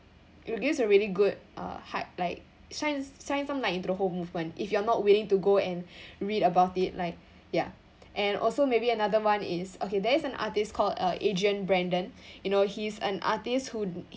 it gives a really good uh heart like sh~ shine some light into the whole movement if you are not willing to go and read about it like ya and also maybe another one is okay there is an artist called uh adrian brandon you know he's an artist who